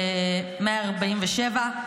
147,